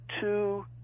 two